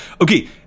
Okay